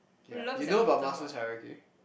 ya you know about Maslow's hierarchy